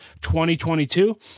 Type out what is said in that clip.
2022